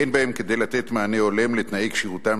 אין בהן כדי לתת מענה הולם לתנאי כשירותם